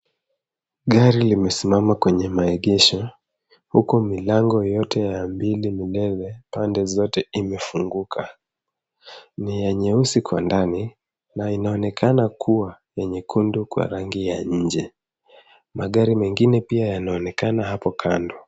Gari limesimama kwenye maegesho, huku milango yote ya mbili minene pande zote imefunguka. Ni nyeusi kwa ndani na inaonekana kua ni nyekundu kwa rangi ya nje, Magari mengine pia yanaonekana hapo kando.